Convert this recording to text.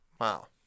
Wow